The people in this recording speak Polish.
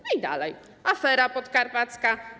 No i dalej: afera podkarpacka.